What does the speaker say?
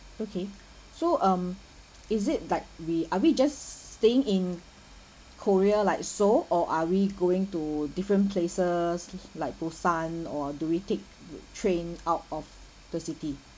okay so um is it like we are we just staying in korea like seoul or are we going to different places like busan or do we take train out of the city